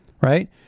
right